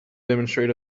demonstrate